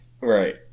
Right